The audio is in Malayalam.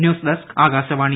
news desk Akashvani